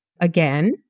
Again